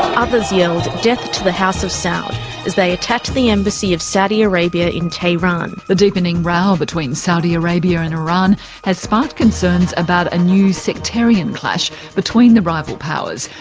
others yelled death to the house of saud as they attacked the embassy of saudi arabia in tehran. the deepening row between saudi arabia and iran has sparked concerns about a new sectarian clash between the rival powers,